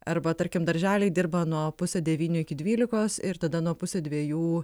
arba tarkim darželiai dirba nuo pusę devynių iki dvylikos ir tada nuo pusę dviejų